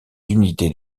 unités